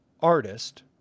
artist